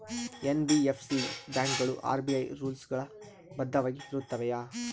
NBFC ಬ್ಯಾಂಕುಗಳು RBI rules ಗಳು ಬದ್ಧವಾಗಿ ಇರುತ್ತವೆಯ?